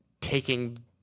taking